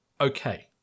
okay